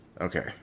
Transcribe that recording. okay